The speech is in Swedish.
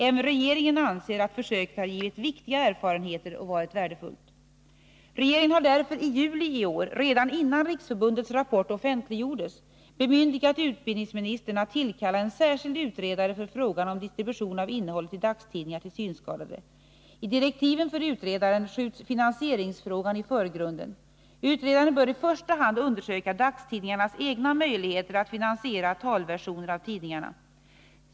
Även regeringen anser att försöket har givit viktiga erfarenheter och varit värdefullt. Regeringen har därför i juli i år, redan innan riksförbundets rapport offentliggjordes, bemyndigat utbildningsministern att tillkalla en särskild utredare för frågan om distribution av innehållet i dagstidningar till synskadade. I direktiven för utredaren skjuts finansieringsfrågan i förgrunden. Utredaren bör i första hand undersöka dagstidningarnas egna möjligheter att finansiera talversioner av tidningarna.